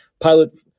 Pilot